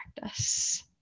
practice